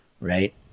Right